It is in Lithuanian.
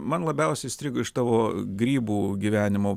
man labiausiai įstrigo iš tavo grybų gyvenimo